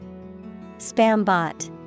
Spambot